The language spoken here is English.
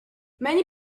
many